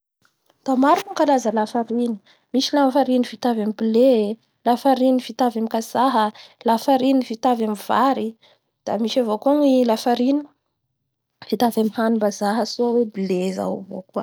Da maro moa ny karaza lafariny; misy lafarine vita avy amin'ny blé, lafariny vita avy amin'ny kazaha, lafariny vita avy amin'ny vary, da misy avao koa afariny vita avy amin'ny hanimbazaha atao blé zao avao koa.